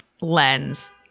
lens